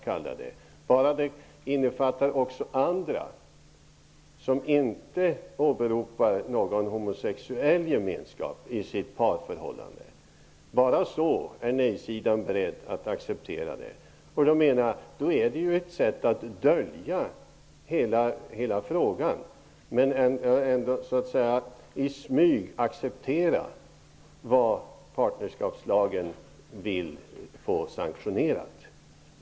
Bara det innefattar också andra, som inte åberopar någon homosexuell gemenskap i sitt parförhållande, är nej-sidan beredd att acceptera det. Då är det ju ett sätt att dölja hela frågan, menar jag. Det innebär att man i smyg accepterar vad partnerskapslagen vill få sanktionerat.